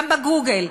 גם בגוגל,